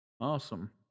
Awesome